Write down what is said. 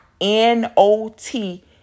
N-O-T